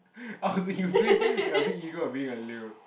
I was like you blame your big ego on being a leo